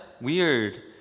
weird